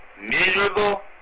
miserable